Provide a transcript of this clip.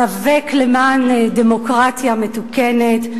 להיאבק למען דמוקרטיה מתוקנת,